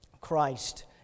Christ